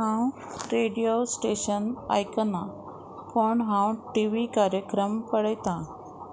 हांव radio station आयकना पण हांव टी व्ही कार्यक्रम पळयतां